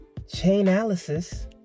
Chainalysis